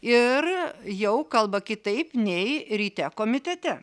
ir jau kalba kitaip nei ryte komitete